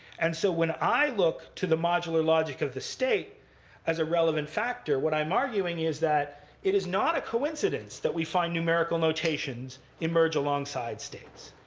and so when i look to the modular logic of the state as a relevant factor, what i am arguing is that it is not a coincidence that we find numerical notations emerge alongside states.